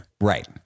Right